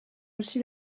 aussi